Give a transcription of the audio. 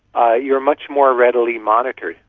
ah you are much more readily monitored.